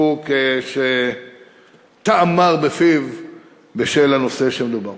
סיפוק עם טעם מר בפי בשל הנושא המדובר.